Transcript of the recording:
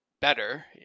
better